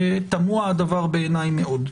ותמוה הדבר בעיניי מאוד.